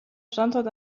standort